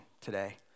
today